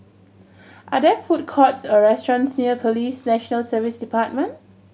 are there food courts or restaurants near Police National Service Department